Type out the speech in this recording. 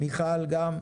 מיכל גם?